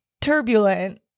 turbulent